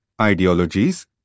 ideologies